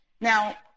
Now